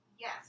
yes